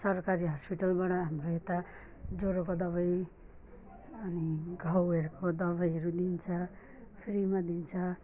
सरकारी हस्पिटलबाट हाम्रो यता ज्वरोको दबाई अनि घाउहरूको दबाईहरू दिन्छ फ्रीमा दिन्छ